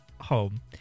home